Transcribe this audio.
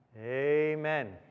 Amen